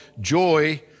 joy